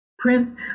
Prince